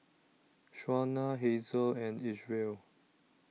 Shauna Hazel and Isreal